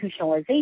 institutionalization